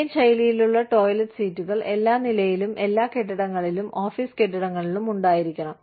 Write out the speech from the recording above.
Indian ശൈലിയിലുള്ള toilet സീറ്റുകൾ എല്ലാ നിലയിലും എല്ലാ കെട്ടിടങ്ങളിലും ഓഫീസ് കെട്ടിടങ്ങളിലും ഉണ്ടായിരിക്കണം